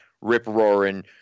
rip-roaring